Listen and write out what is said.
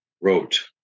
wrote